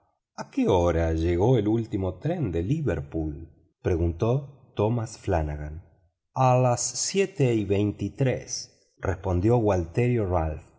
a qué hora llegó el último tren de liverpool preguntó tomás flanagan a las siete y veintitrés respondió gualterio